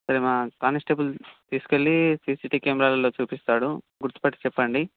సరే మా కాన్స్టేబుల్ తీసుకెళ్ళి సీసీటివీ కెమెరాలల్లో చూపిస్తాడు గుర్తుపట్టి చెప్పండి